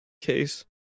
case